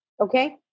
okay